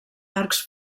arcs